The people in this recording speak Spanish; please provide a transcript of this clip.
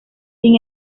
sin